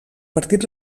partit